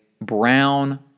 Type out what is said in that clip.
brown